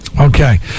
Okay